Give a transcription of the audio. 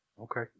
Okay